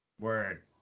Word